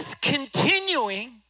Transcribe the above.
continuing